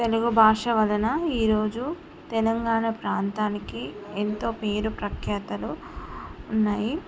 తెలుగు భాష వలన ఈ రోజు తెలంగాణ ప్రాంతానికి ఎంతో పేరు ప్రఖ్యాతలు ఉన్నాయి